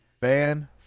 Fan